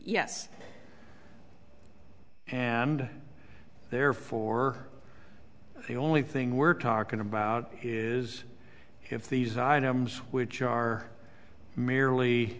yes and therefore the only thing we're talking about is if these items which are merely